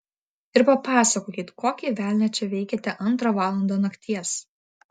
ir papasakokit kokį velnią čia veikiate antrą valandą nakties